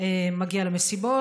מגיע למסיבות,